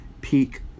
peak